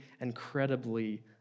incredibly